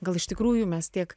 gal iš tikrųjų mes tiek